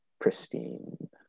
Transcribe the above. pristine